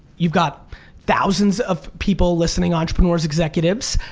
you've got thousands of people listening. entrepreneurs executives.